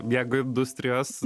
miego industrijos